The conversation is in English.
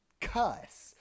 Cuss